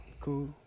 cool